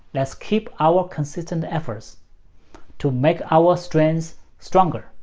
let's keep our consistent efforts to make our strength stronger,